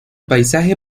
paisaje